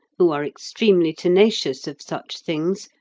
who are extremely tenacious of such things,